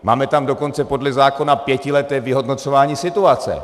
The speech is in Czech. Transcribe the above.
Máme tam dokonce podle zákona pětileté vyhodnocování situace.